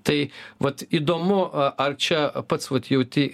tai vat įdomu a ar čia pats vat jauti